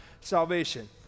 salvation